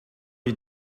you